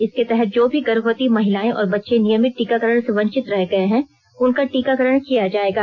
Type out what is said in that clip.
इसके तहत जो भी गर्भवती महिलाएं और बच्चे नियमित टीकाकरण से वंचित रह गए हैं उनका टीकाकरण किया जाएगा